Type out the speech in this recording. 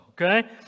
okay